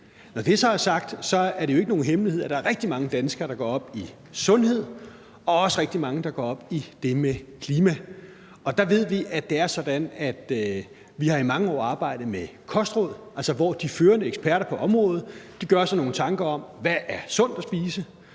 Når det så er sagt, er det jo ikke nogen hemmelighed, at der er rigtig mange danskere, der går op i sundhed, og også rigtig mange, der går op i det med klima. Og det er sådan, at vi i mange år har arbejdet med kostråd, altså hvor de førende eksperter på området gør sig nogle tanker om, hvad der er sundt at spise.